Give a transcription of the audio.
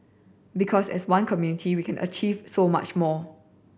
because as one community we can achieve so much more